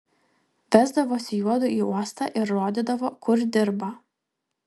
vesdavosi juodu į uostą ir rodydavo kur dirba